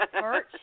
merch